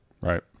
Right